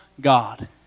God